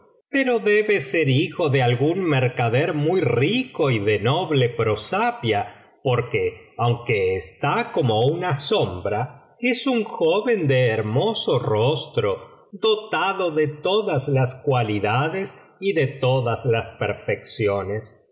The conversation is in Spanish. ser hijo de algún mercader muy rico y de noble prosapia porque aunque está como una sombra es un joven de hermoso rostro dotado de todas las cualidades y de todas las perfecciones